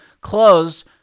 closed